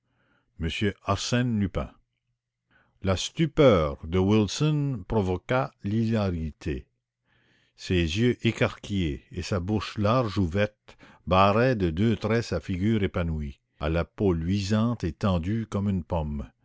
monsieur arsène lupin la stupeur de wilson provoqua l'hilarité ses yeux écarquillés et sa bouche large ouverte barraient de deux traits sa figure épanouie à la peau luisante et tendue comme une porfime